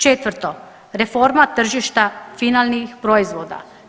Četvrto, reforma tržišta finalnih proizvoda.